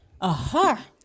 Aha